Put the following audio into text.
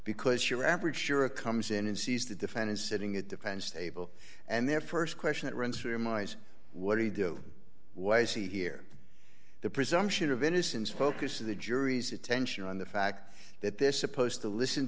because your average shura comes in and sees the defendant sitting it depends table and their st question that runs through my eyes what do you do what i see here the presumption of innocence focus of the jury's attention on the fact that they're supposed to listen